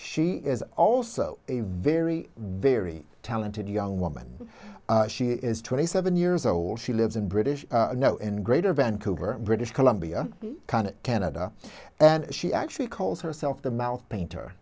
she is also a very very talented young woman she is twenty seven years old she lives in british know in greater vancouver british columbia canada and she actually calls herself the mouth painter